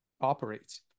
operates